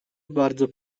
bardzo